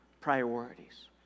priorities